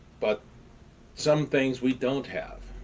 but some things we don't have.